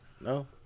No